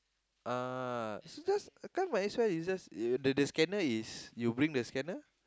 uh so that's then you might as well the scanner is you bring the scanner